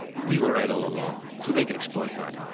we were right all along. so they could exploit that.